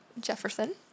Jefferson